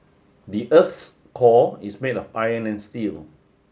the earth's core is made of iron and steel